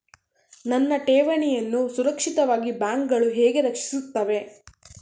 ನನ್ನ ಠೇವಣಿಯನ್ನು ಸುರಕ್ಷಿತವಾಗಿ ಬ್ಯಾಂಕುಗಳು ಹೇಗೆ ರಕ್ಷಿಸುತ್ತವೆ?